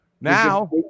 Now